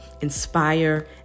inspire